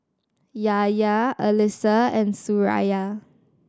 Yahya Alyssa and Suraya